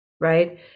Right